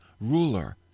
Ruler